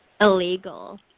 Illegal